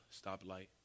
stoplight